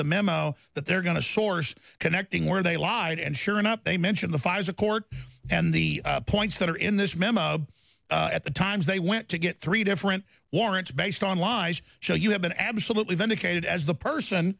the memo that they're going to source connecting where they live and sure enough they mention the pfizer court and the points that are in this memo at the times they went to get three different warrants based on lies so you have been absolutely vindicated as the person